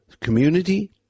community